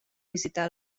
visitar